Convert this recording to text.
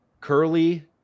Curly